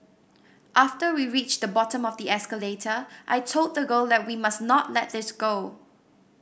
after we reached the bottom of the escalator I told the girl that we must not let this go